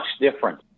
different